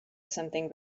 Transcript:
something